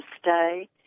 stay